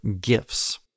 gifts